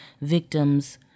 victims